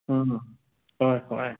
হয় হয়